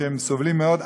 שהם סובלים מאוד.